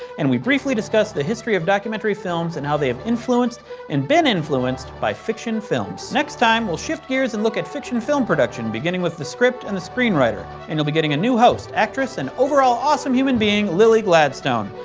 and we briefly discussed the history of documentary films and how they have influenced and been influenced by fiction films. next time, we'll shift gears and look at fiction film production, beginning with the script and the screenwriter. and you'll be getting a new host, actress and overall awesome human being, lily gladstone.